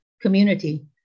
community